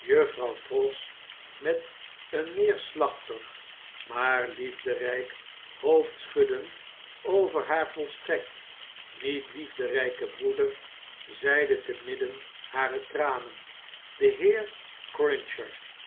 juffrouw pross met een neerslachtig maar liefdern'k hoofdschudden over haar volstrekt niet liefderjjken broeder zeide te midden harer tranen de heer cruncher